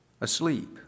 asleep